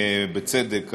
בצדק,